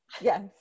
Yes